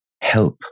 help